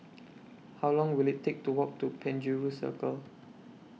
How Long Will IT Take to Walk to Penjuru Circle